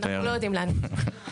אנחנו לא יודעים לאן הם עזבו.